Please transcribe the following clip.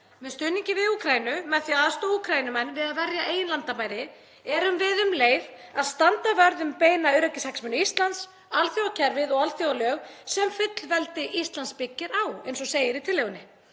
Með stuðningi við Úkraínu, með því að aðstoða Úkraínumenn við að verja eigin landamæri erum við um leið að standa vörð um beina öryggishagsmuni Íslands, alþjóðakerfið og alþjóðalög sem fullveldi Íslands byggir á, eins og segir í tillögunni.